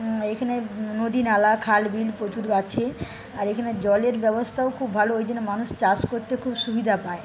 এখানে নদী নালা খাল বিল প্রচুর আছে আর এখানে জলের ব্যবস্থাও খুব ভালো ওইজন্য মানুষ চাষ করতে খুব সুবিধা পায়